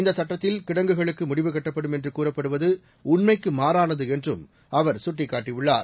இந்த சட்டத்தில் கிடங்குகளுக்கு முடிவு கட்டப்படும் என்று கூறப்படுவது உண்மைக்கு மாறானது என்றும் அவர் சுட்டிக்காட்டியுள்ளார்